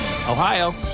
Ohio